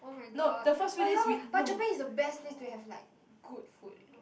oh-my-god but ya like but Japan is the best place to have like good food